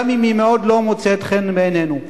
גם אם היא מאוד לא מוצאת חן בעינינו.